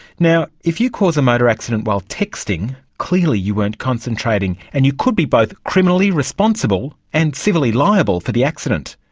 now, if you cause a motor accident while texting, clearly you weren't concentrating and you could be both criminally responsible and civilly liable for the accident.